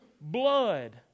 blood